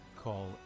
Call